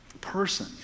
person